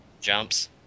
jumps